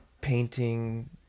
painting